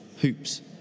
hoops